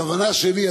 הכוונה שלי,